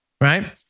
right